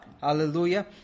Hallelujah